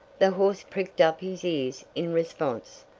the horse pricked up his ears in response.